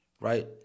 right